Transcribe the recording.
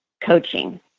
coaching